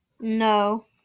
No